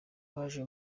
baje